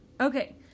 Okay